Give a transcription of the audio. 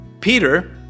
peter